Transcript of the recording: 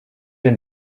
denn